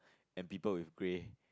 and people will play